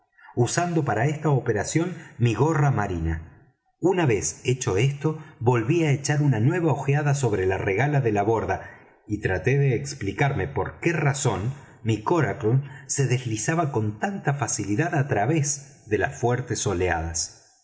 usando para esta operación mi gorra marina una vez hecho esto volví á echar una nueva ojeada sobre la regala de la borda y traté de explicarme por qué razón mi coracle se deslizaba con tanta facilidad á través de las fuertes oleadas